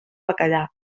bacallà